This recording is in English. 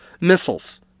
missiles